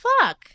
fuck